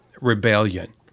rebellion